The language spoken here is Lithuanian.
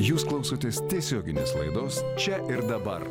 jūs klausotės tiesioginės laidos čia ir dabar